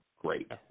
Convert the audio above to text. Great